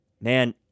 man